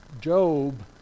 Job